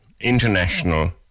International